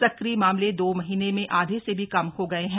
सक्रिय मामले दो महीने में आधे से भी कम हो गए हैं